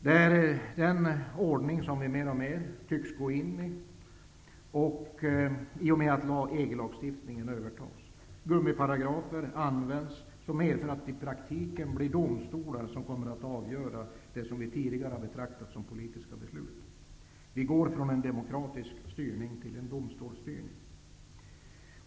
Det här är den ordning som vi mer och mer tycks komma in i, i och med att EG-lagstiftningen skall övertas. Gummiparagrafer medför att det i praktiken kommer att bli domstolar som kommer att avgöra sådant som vi tidigare har betraktat som politiska beslut. Vi går från demokratisk styrning till domstolsstyrning.